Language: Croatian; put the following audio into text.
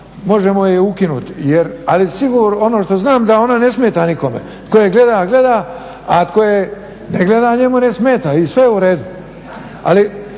možemo je ukinuti, ali ono što znam da ona ne smeta nikome. Tko je gleda gleda, a tko je ne gleda njemu ne smeta i sve je u redu.